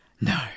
No